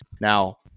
Now